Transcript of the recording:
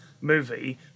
movie